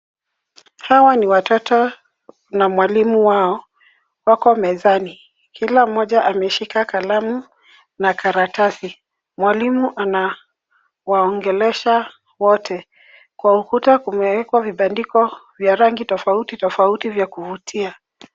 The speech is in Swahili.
Hawa ni watoto na mwalimu wao, wako mezani. Kila mmoja ameshika kalamu na karatasi. Mwalimu anawaongelesha wote. Kwa ukuta kumewekwa vibandiko vya rangi tofauti tofauti vya kuvutia.